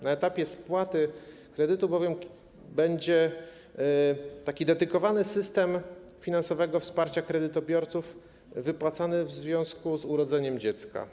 Na etapie spłaty kredytu bowiem będzie taki dedykowany system finansowego wsparcia kredytobiorców wypłacanego w związku z urodzeniem dziecka.